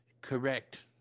correct